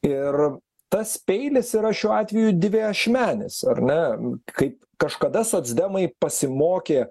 ir tas peilis yra šiuo atveju dviašmenis ar ne kaip kažkada socdemai pasimokė